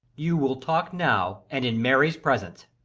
you will talk now and in mary's presence.